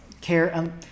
care